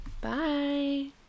Bye